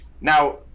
Now